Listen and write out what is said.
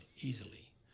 easily